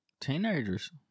Teenagers